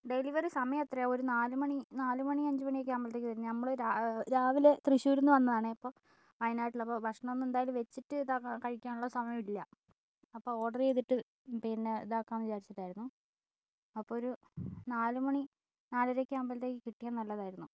delivery സമയം എത്രയാണ് ഒരു നാലുമണി നാലുമണി അഞ്ചുമണിയൊക്കെ ആവുമ്പോഴത്തേക്ക് വരും നമ്മൾ രാവിലെ തൃശ്ശൂരിൽ നിന്ന് വന്നതാണ് അപ്പം വയനാട്ടിൽ അപ്പോൾ ഭക്ഷണമൊന്നും എന്തായാലും വച്ചിട്ട് കഴിക്കാനുള്ള സമയം ഇല്ല അപ്പോൾ ഓർഡർ ചെയ്തിട്ട് പിന്നെ ഇതാക്കാമെന്ന് വിചാരിച്ചിട്ടായിരുന്നു അപ്പൊരു നാലുമണി നാലരയൊക്കെ ആവുമ്പോഴത്തേക്ക് കിട്ടിയാൽ നല്ലതായിരുന്നു